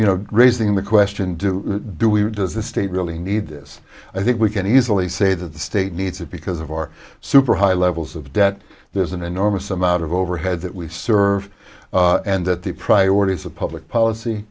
you know raising the question do do we does the state really need this i think we can easily say that the state needs it because of our super high levels of debt there's an enormous amount of overhead that we serve and that the priorities of public policy